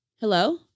hello